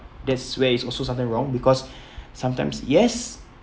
that's where it's also something wrong because sometimes yes